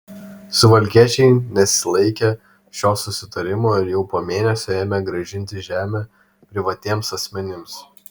suvalkiečiai nesilaikė šio susitarimo ir jau po mėnesio ėmė grąžinti žemę privatiems asmenims